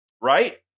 right